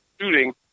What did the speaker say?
shooting